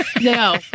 No